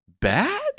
bad